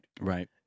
Right